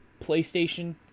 PlayStation